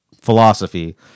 philosophy